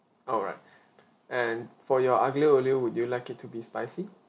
alright and for your aglio olio would you like it to be spicy